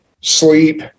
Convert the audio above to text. sleep